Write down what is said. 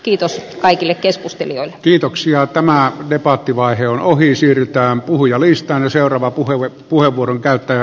kiitos kaikille keskustelijoille kiitoksia tämä debattivaihe on ohi siirretään puhujalista on seuraava puhelimet puheenvuoron käyttää